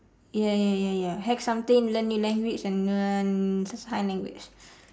ya ya ya ya hack something learn new language and learn s~ sign language